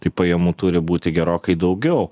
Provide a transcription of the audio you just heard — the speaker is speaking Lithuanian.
tai pajamų turi būti gerokai daugiau